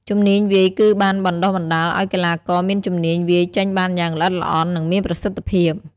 ជំនាញវាយគឺបានបណ្តុះបណ្តាលឲ្យកីឡាករមានជំនាញវាយចេញបានយ៉ាងល្អិតល្អន់ និងមានប្រសិទ្ធភាព។